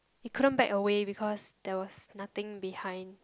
it couldn't back away because there was nothing behind